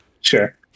Sure